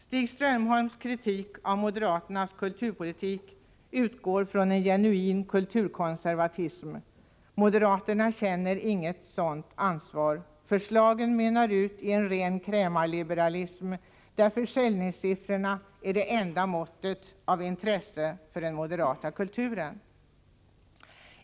Stig Strömholms kritik av moderaternas kulturpolitik utgår från en genuin kulturkonservatism. Moderaterna känner inte något ansvar härvidlag. Förslagen mynnar ut i en ren krämarliberalism. Måttet på försäljningssiffrorna är det enda av intresse för den moderata kulturpolitiken.